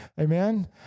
Amen